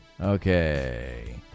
Okay